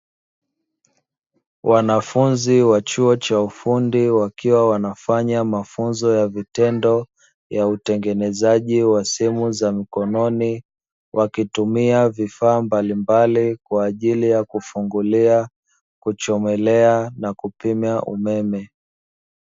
Wanafunzi wa chuo cha ufundi wakiwa wanafanya mafunzo ya vitendo, ya utengenezaji wa simu za mkononi. Wakitumia vifaa mbalimbali kwa ajili ya kufungulia, kuchomelea na kupimia umeme.